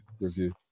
review